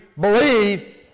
believe